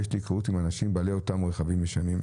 יש לי היכרות עם אנשים בעלי אותם רכבים ישנים.